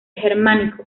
germánico